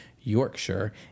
Yorkshire